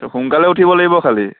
সোনকালে উঠিব লাগিব খালী